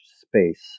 space